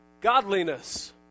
godliness